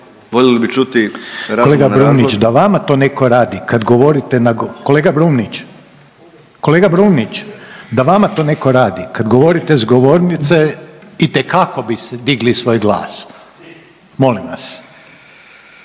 govorite na, kolega Brumnić, kolega Brumnić. Da vama to netko radi kad govorite s govornice, itekako biste digli svoj glas. Molim vas.